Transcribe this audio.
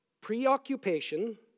preoccupation